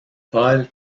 paul